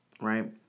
right